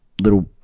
little